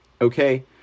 Okay